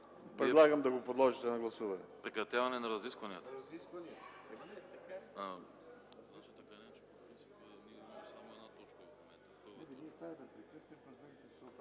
прекратяване на разискванията